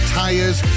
tires